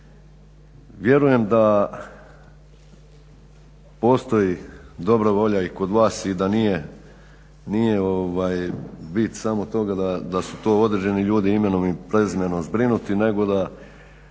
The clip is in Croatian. Vjerujem da postoji dobra volja i kod vas i da nije bit samo toga da su to određeni ljudi imenom i prezimenom zbrinuti, nego da